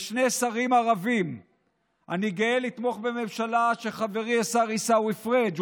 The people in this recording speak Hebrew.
היא באמת משימה שאפתנית.